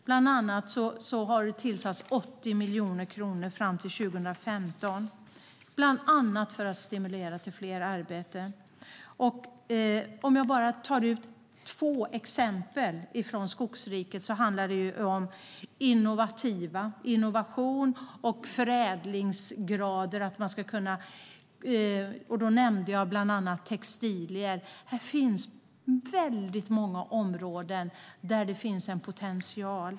Bland annat har man tillfört 80 miljoner kronor fram till 2015 för att stimulera till fler arbeten. Låt mig ta två exempel från Skogsriket. Det handlar om innovation och om förädlingsgrader. Jag nämnde bland annat textilier. Här finns många områden där det finns en potential.